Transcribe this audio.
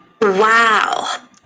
Wow